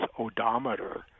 odometer